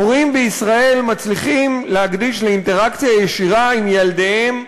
הורים בישראל מצליחים להקדיש לאינטראקציה ישירה עם ילדיהם,